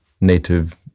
native